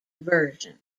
version